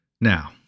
Now